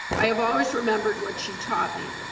i have always remembered what she taught me.